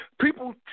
People